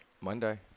Monday